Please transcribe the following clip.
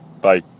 Bye